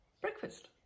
breakfast